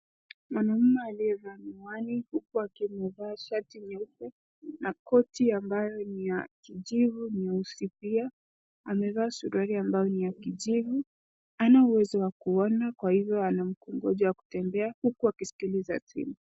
Mwanaume aliyevaa miwani huku akiwa amevaa shati nyeupe na koti ambayo ni ya kijivu nyeusi pia. Amevaa suruali ambayo ni ya kijivu. Hana uwezo wa kuona kwa hivyo anamkongojo kutembea huku wakisikiliza simu.